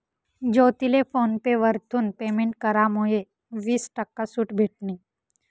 ज्योतीले PhonePe वरथून payment करामुये वीस टक्का सूट भेटनी